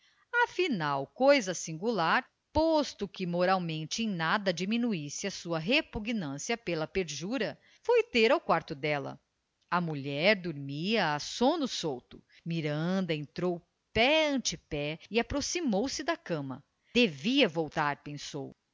afinal coisa singular posto que moralmente nada diminuísse a sua repugnância pela perjura foi ter ao quarto dela a mulher dormia a sono solto miranda entrou pé ante pé e aproximou-se da cama devia voltar pensou